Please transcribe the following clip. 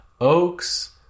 oaks